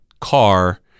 car